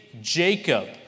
Jacob